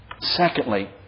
Secondly